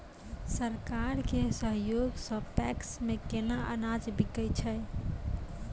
सरकार के सहयोग सऽ पैक्स मे केना अनाज बिकै छै?